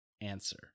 answer